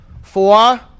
four